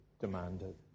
demanded